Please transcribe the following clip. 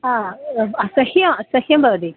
हा असह्यम् असह्यं भवति